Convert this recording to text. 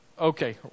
okay